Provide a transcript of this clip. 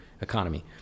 economy